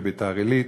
וביתר-עילית,